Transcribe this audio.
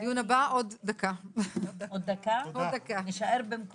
הישיבה ננעלה בשעה 12:49.